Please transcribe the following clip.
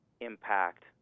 impact